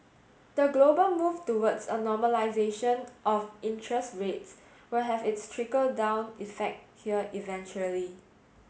the global move towards a normalisation of interest rates will have its trickle down effect here eventually